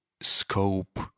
scope